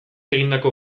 egindako